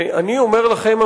אני אומר לכם,